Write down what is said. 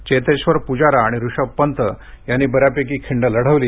चेतेश्वर प्जारा आणि ऋषभ पंत यांनी बऱ्यापैकी खिंड लढवली